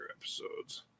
episodes